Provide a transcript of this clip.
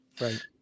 Right